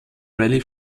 rallye